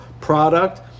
product